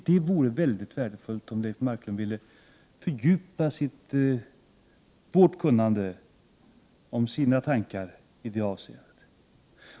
Det vore värdefullt om Leif Marklund ville fördjupa vårt kunnande om hans tankar i det avseendet.